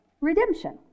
redemption